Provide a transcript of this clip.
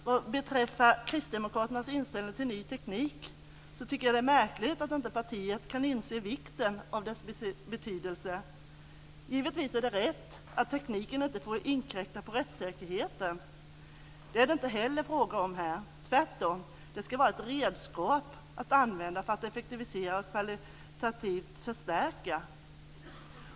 Vad beträffar Kristdemokraternas inställning till ny teknik tycker jag att det är märkligt att partiet inte kan inse vikten av dess betydelse. Givetvis är det rätt att tekniken inte får inkräkta på rättssäkerheten. Det är det inte heller fråga om här; tvärtom ska den vara ett redskap att använda för att effektivisera och kvalitativt förstärka.